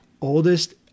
oldest